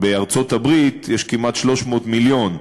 בארצות-הברית יש כמעט 300 מיליון,